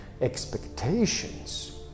Expectations